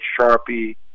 Sharpie